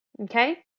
Okay